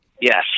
Yes